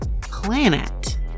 planet